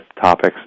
topics